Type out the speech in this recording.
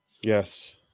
Yes